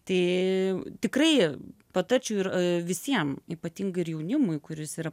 tai tikrai patarčiau ir visiem ypatingai ir jaunimui kuris yra